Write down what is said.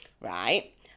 right